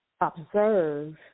observe